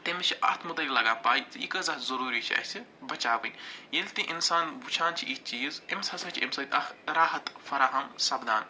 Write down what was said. تٔمِس چھِ اَتھ متعلق لَگان پَے کہِ یہِ کٲژاہ ضٔروٗری چھِ اَسہِ بَچاوٕنۍ ییٚلہِ تہِ اِنسان وٕچھان چھِ یِتھۍ چیٖز أمِس ہَسا چھِ اَمہِ سۭتۍ اکھ راحت فراہم سپدان